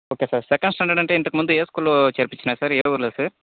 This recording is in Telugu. ఓకే సార్ సెకండ్ స్టాండర్ అంటే ఇంతకు ముందు ఏ స్కూల్లో చేర్పించినారు సార్ ఏ ఊరులో సార్